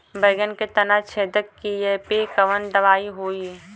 बैगन के तना छेदक कियेपे कवन दवाई होई?